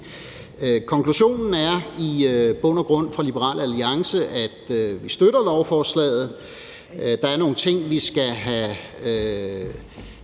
Konklusionen er i bund og grund, at vi i Liberal Alliance støtter lovforslaget. Der er nogle ting, nogle